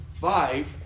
five